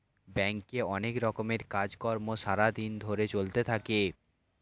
ব্যাংকে অনেক রকমের কাজ কর্ম সারা দিন ধরে চলতে থাকে